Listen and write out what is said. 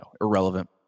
irrelevant